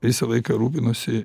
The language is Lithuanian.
visą laiką rūpinosi